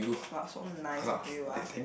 !wah! so nice of you ah